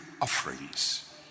offerings